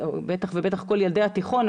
בטח ובטח כל ילדי התיכון,